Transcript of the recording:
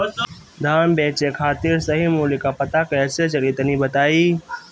धान बेचे खातिर सही मूल्य का पता कैसे चली तनी बताई?